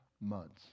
months